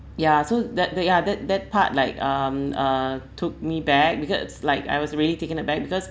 ya so that the ya that that part like um uh took me back because like I was really taken aback because